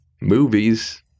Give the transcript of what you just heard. Movies